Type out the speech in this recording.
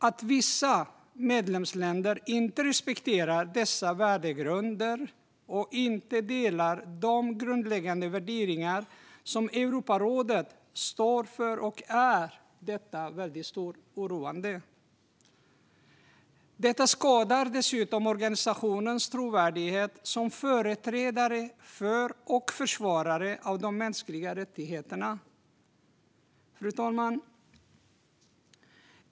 Att vissa medlemsländer inte respekterar denna värdegrund och inte delar de grundläggande värderingar som Europarådet står för är väldigt oroande. Detta skadar dessutom organisationens trovärdighet som företrädare för och försvarare av de mänskliga rättigheterna. Fru talman!